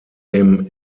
dem